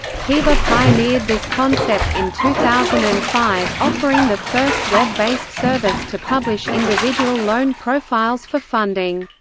kiva pioneered this concept in two thousand and five, offering the first web-based service to publish individual loan profiles for funding.